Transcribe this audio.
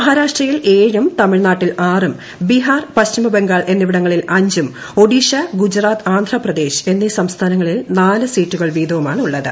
മഹാരാഷ്ട്രയിൽ ഏഴും തമിഴ്നാട്ടിൽ ആറും ബിഹാർ പശ്ചിമബംഗാൾ എന്നിവിടങ്ങളിൽ അഞ്ചും ഓഡിഷ ഗുജറാത്ത് ആന്ധ്രാപ്രദേശ് എന്നീ സംസ്ഥാനങ്ങളിൽ നാല് സീറ്റുകൾ വീതവുമാണുള്ളത്